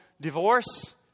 divorce